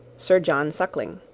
sir john suckling.